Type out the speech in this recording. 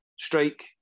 strike